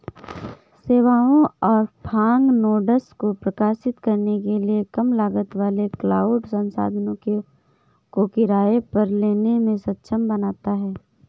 सेवाओं और fog nodes को प्रकाशित करने के लिए कम लागत वाले क्लाउड संसाधनों को किराए पर लेने में सक्षम बनाता है